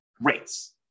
rates